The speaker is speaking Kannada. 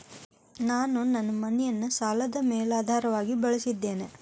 ನಾನು ನನ್ನ ಮನೆಯನ್ನು ಸಾಲದ ಮೇಲಾಧಾರವಾಗಿ ಬಳಸಿದ್ದೇನೆ